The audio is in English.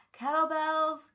Kettlebells